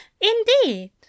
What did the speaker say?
Indeed